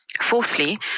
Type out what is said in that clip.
Fourthly